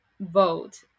vote